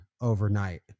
overnight